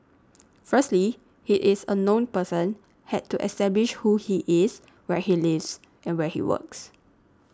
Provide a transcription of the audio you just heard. firstly he is a known person had to establish who he is where he lives where he works